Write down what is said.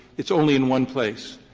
it's only in one place.